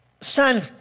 son